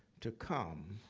to come.